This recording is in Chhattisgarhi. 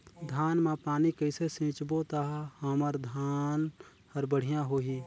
धान मा पानी कइसे सिंचबो ता हमर धन हर बढ़िया होही?